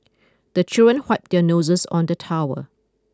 the children wipe their noses on the towel